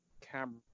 Camera